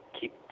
Keep